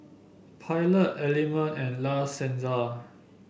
Pilot Element and La Senza